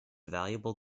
valuable